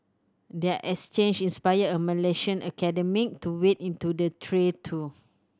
their exchange inspired a Malaysian academic to wade into the tray too